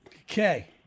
Okay